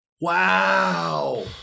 Wow